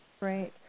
Right